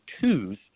twos